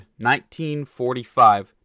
1945